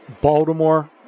Baltimore